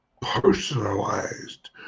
personalized